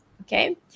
okay